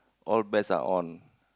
all bets are on